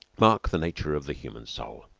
mark the nature of the human soul!